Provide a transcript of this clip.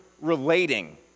relating